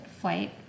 flight